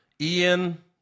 Ian